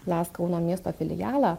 las kauno miesto filialą